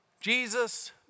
Jesus